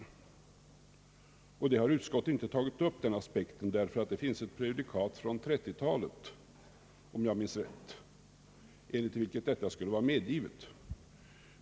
Denna aspekt har utskottet inte tagit upp av den anledningen att det finns ett prejudikat från 1930-talet, om jag minns rätt, enligt vilket detta skulle vara medgivet.